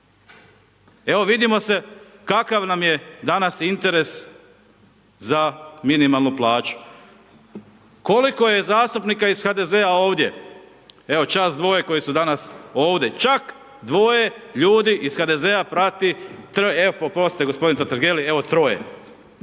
Evo vidimo se kakav nam je danas interes za minimalnu plaću. Koliko je zastupnika iz HDZ-a ovdje? Evo, čast dvoje koje su danas ovdje, čak dvoje ljudi iz HDZ-a prati, evo oprostite gospodin Totgergeli, evo troje,